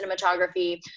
cinematography